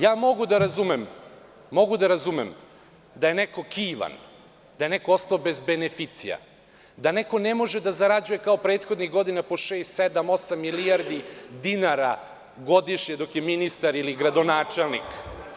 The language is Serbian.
Ja mogu da razumem da je neko kivan, da je neko ostao bez beneficija, da neko ne može da zarađuje kao prethodnih godina po šest, sedam, osam milijardi dinara godišnje, dok je ministar ili gradonačelnik.